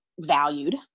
valued